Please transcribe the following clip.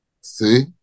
See